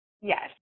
Yes